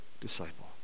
disciple